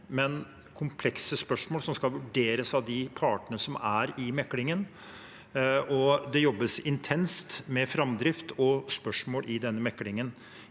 men komplekse spørsmål som skal vurderes av de partene som er i meklingen. Det jobbes intenst med framdrift og spørsmål i denne meklingen.